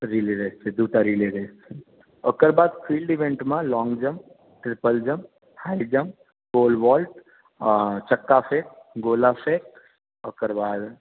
relay race छै दूटा relay race छै ओकरबाद फील्ड ईवेन्ट मे long jump triple jump high jump pole vault अऽ चक्का फेक गोला फेक ओकरबाद